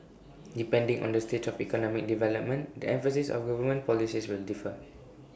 depending on the stage of economic development the emphasis of government policies will differ